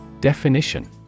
Definition